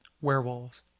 Werewolves